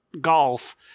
golf